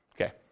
Okay